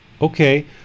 Okay